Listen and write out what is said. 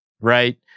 right